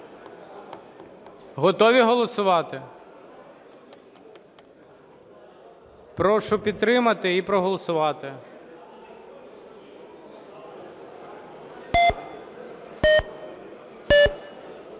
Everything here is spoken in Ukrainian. Готові голосувати? Прошу підтримати та проголосувати.